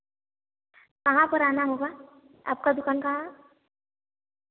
कहाँ पर आना होगा आपका दुकान कहाँ है